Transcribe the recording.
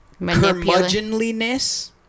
curmudgeonliness